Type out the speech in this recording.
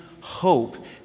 hope